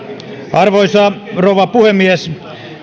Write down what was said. arvoisa rouva puhemies